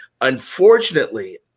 Unfortunately